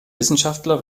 wissenschaftler